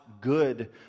good